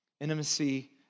Intimacy